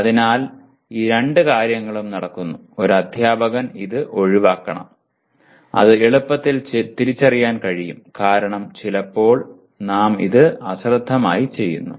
അതിനാൽ ഈ രണ്ട് കാര്യങ്ങളും നടക്കുന്നു ഒരു അധ്യാപകൻ ഇത് ഒഴിവാക്കണം അത് എളുപ്പത്തിൽ തിരിച്ചറിയാൻ കഴിയും കാരണം ചിലപ്പോൾ ഞങ്ങൾ ഇത് അശ്രദ്ധമായി ചെയ്യുന്നു